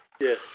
Yes